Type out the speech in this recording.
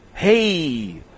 Hey